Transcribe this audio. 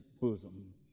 bosom